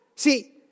See